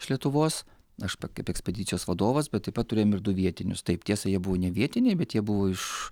iš lietuvos aš p kaip ekspedicijos vadovas bet taip pat turėjom ir du vietinius taip tiesa jie buvo ne vietiniai bet jie buvo iš